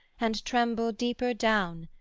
and tremble deeper down,